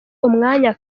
umwanya